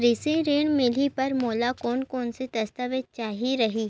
कृषि ऋण मिलही बर मोला कोन कोन स दस्तावेज चाही रही?